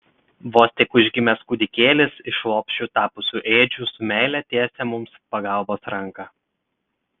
vos tik užgimęs kūdikėlis iš lopšiu tapusių ėdžių su meile tiesia mums pagalbos ranką